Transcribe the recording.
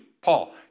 Paul